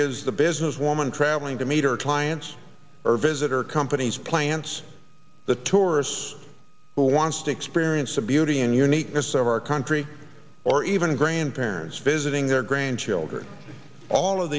is the business woman traveling to meet or clients or visit or companies plants the tourists who wants to experience the beauty and uniqueness of our country or even grandparents visiting their grandchildren all of